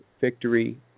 victory